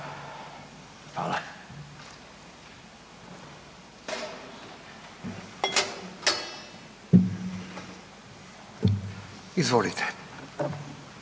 bloka. Izvolite.